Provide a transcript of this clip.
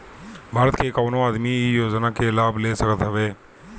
भारत के कवनो आदमी इ योजना के लाभ ले सकत हवे